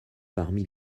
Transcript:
parmi